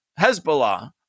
Hezbollah